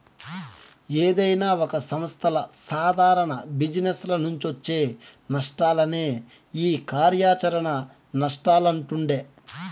ఏదైనా ఒక సంస్థల సాదారణ జిజినెస్ల నుంచొచ్చే నష్టాలనే ఈ కార్యాచరణ నష్టాలంటుండె